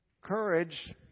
courage